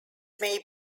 may